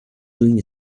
doing